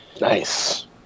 Nice